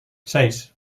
seis